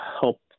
help